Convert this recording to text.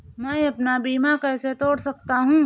मैं अपना बीमा कैसे तोड़ सकता हूँ?